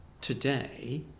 today